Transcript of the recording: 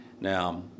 Now